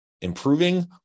improving